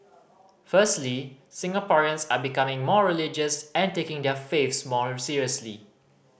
firstly Singaporeans are becoming more religious and taking their faiths more seriously